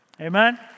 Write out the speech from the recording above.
Amen